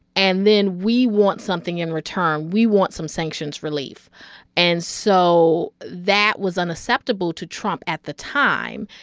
and then we want something in return. we want some sanctions relief and so that was unacceptable to trump at the time,